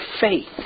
faith